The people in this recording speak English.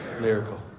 miracle